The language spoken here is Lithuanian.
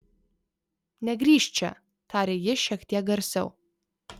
negrįžk čia tarė ji šiek tiek garsiau